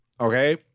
Okay